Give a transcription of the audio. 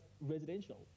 residential